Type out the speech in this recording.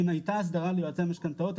אם הייתה הסדרה ליועצי משכנתאות,